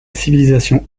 civilisation